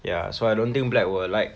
ya so I don't think black will like